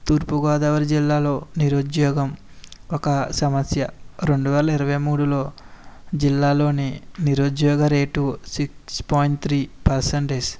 తూర్పుగోదావరి జిల్లాలో నిరుద్యోగం ఒక సమస్య రెండు వేల ఇరవై మూడులో జిల్లాలోని నిరుద్యోగ rate six point three percentage